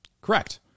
Correct